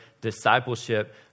discipleship